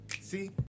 see